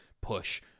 push